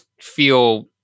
feel